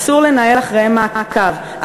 אסור לנהל מעקב אחריהם,